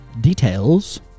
details